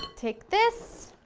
take this,